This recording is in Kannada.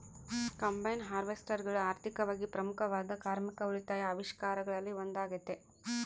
ಕಂಬೈನ್ ಹಾರ್ವೆಸ್ಟರ್ಗಳು ಆರ್ಥಿಕವಾಗಿ ಪ್ರಮುಖವಾದ ಕಾರ್ಮಿಕ ಉಳಿತಾಯ ಆವಿಷ್ಕಾರಗಳಲ್ಲಿ ಒಂದಾಗತೆ